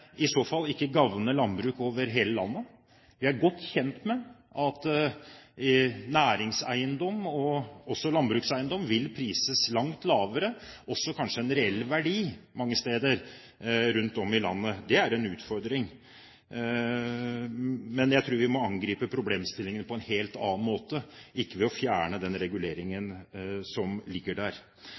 i så fall ikke gagne landbruket over hele landet. Vi er godt kjent med at næringseiendom, også landbrukseiendom, vil prises langt lavere – også den reelle verdien – mange steder rundt om i landet. Det er en utfordring. Men jeg tror vi må angripe problemet på en helt annen måte – ikke ved å fjerne den reguleringen som ligger der.